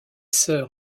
sœurs